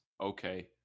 Okay